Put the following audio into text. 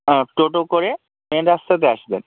হ্যাঁ টোটো করে মেন রাস্তাতে আসবেন